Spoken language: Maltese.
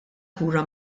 kura